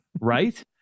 right